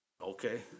Okay